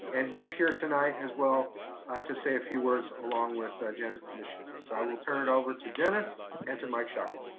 and he's here tonight as well to say a few words along with ah jenith mishne. so i will turn it over to jenith and to mike sciacca.